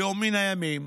ביום מן הימים,